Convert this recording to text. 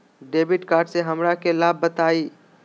Debit card से हमरा के लाभ बताइए?